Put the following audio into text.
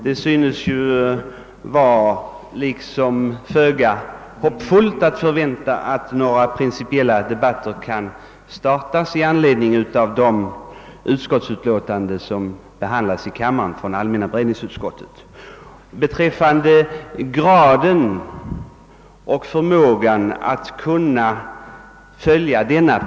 Det synes ju föga hoppfullt att förvänta några principiella debatter i anledning av de utskottsutlåtanden från allmänna beredningsutskottet som behandlas i kammaren.